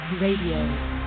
Radio